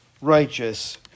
righteous